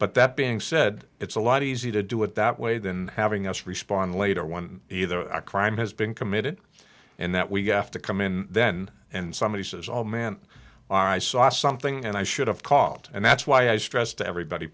but that being said it's a lot easier to do it that way than having us respond later when either a crime has been committed and that we have to come in then and somebody says oh man are i saw something and i should have called and that's why i stress to everybody